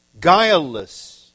guileless